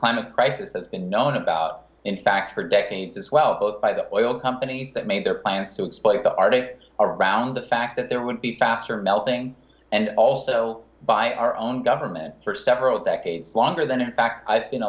climate crisis has been known about in fact for decades as well by the oil companies that made their plans to explain the arctic around the fact that there would be faster melting and also by our own government for several decades longer than in fact i've been